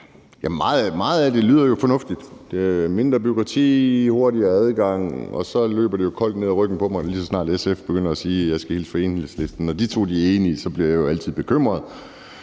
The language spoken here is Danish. Meget af det lyder jo fornuftigt: mindre bureaukrati og hurtigere adgang. Så løber det jo koldt ned ad ryggen på mig, lige så snart ordføreren fra SF begynder at sige, at han skulle hilse fra Enhedslisten. Når de to er enige, bliver jeg jo altid bekymret.